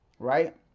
right